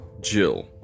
Jill